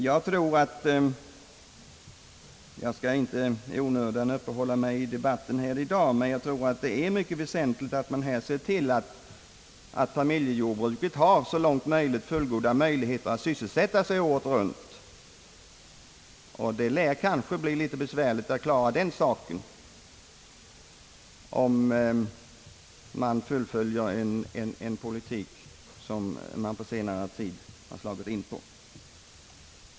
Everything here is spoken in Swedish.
Jag skall inte i onödan förlänga dagens debatt, men jag tror att det är mycket väsentligt att familjejordbruket så långt som det är möjligt får fullgoda sysselsättningstillfällen året runt. Och den målsättningen blir det kanske litet svårt att förverkliga om man fullföljer den politik som jordbruksministern på senare tid har slagit in på.